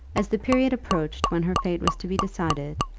as the period approached when her fate was to be decided,